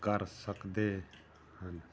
ਕਰ ਸਕਦੇ ਹਨ